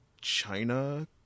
China